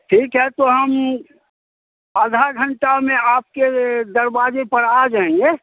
ठीक है तो हम आधा घंटा में आपके दरवाज़े पर आ जाएँगे